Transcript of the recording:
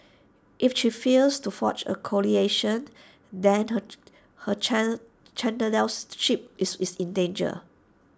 if she fails to forge A coalition then her is in danger